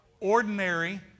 Ordinary